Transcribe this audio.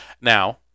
Now